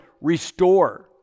Restore